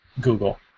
Google